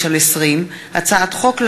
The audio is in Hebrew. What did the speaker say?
פ/1835/20 וכלה בהצעת חוק פ/1940/20,